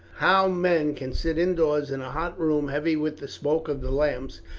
how men can sit indoors in a hot room heavy with the smoke of the lamps,